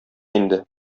инде